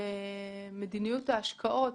מדיניות ההשקעות,